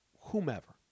whomever